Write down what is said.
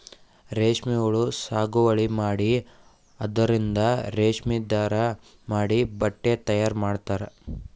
ರೇಶ್ಮಿ ಹುಳಾ ಸಾಗುವಳಿ ಮಾಡಿ ಅದರಿಂದ್ ರೇಶ್ಮಿ ದಾರಾ ಮಾಡಿ ಬಟ್ಟಿ ತಯಾರ್ ಮಾಡ್ತರ್